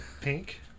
pink